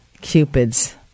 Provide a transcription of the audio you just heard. Cupid's